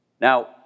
Now